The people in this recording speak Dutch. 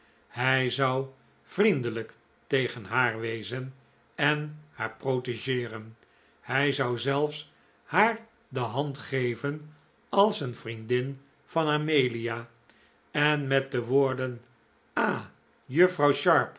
hij zou vriendelijk tegen haar wezen en haar protegeeren hij zou zelfs haar de hand geven als een vriendin van amelia en met de woorden ah juffrouw